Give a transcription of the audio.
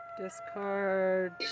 Discard